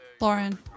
lauren